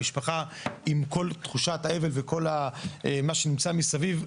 המשפחה עם כל תחושת האבל וכל מה שנמצא מסביב,